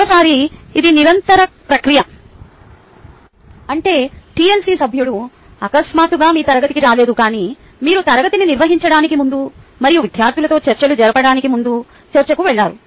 మరోసారి ఇది నిరంతర ప్రక్రియ అంటే టిఎల్సి సభ్యుడు అకస్మాత్తుగా మీ తరగతికి రాలేదు కానీ మీరు తరగతిని నిర్వహించడానికి ముందు మరియు విద్యార్థులతో చర్చలు జరపడానికి ముందే చర్చకు వెళ్ళారు